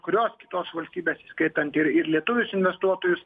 kurios kitos valstybės įskaitant ir ir lietuvius investuotojus